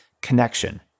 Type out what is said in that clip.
connection